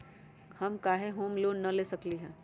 हम काहे home loan न ले सकली ह?